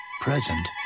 present